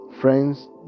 Friends